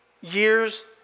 years